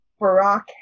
Barack